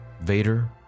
Vader